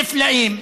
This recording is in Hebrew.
נפלאים,